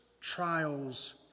trials